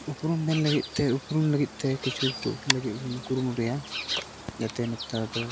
ᱩᱯᱨᱩᱢ ᱢᱮᱱ ᱞᱟᱹᱜᱤᱫ ᱛᱮ ᱩᱯᱨᱩᱢ ᱞᱟᱹᱜᱤᱫ ᱛᱮ ᱠᱤᱪᱷᱩ ᱩᱯᱨᱩᱢ ᱞᱟᱹᱜᱤᱫ ᱵᱚᱱ ᱠᱩᱨᱩᱢᱩᱴᱩᱭᱟ ᱡᱟᱛᱮ ᱱᱮᱛᱟᱨ ᱫᱚ